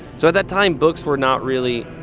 so at that time, books were not really